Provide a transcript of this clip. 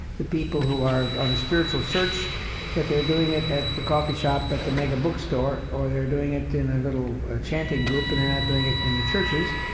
the people who are on a spiritual search but they're doing it at the coffee shop, at the mega bookstore or they're doing it in a little chanting group, and they're not doing it in the churches.